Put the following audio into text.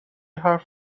حرف